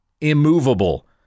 immovable